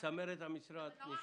צמרת המשרד.